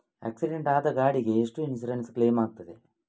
Accident ಆದ ಗಾಡಿಗೆ ಎಷ್ಟು ಇನ್ಸೂರೆನ್ಸ್ ಕ್ಲೇಮ್ ಆಗ್ತದೆ?